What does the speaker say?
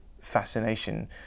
fascination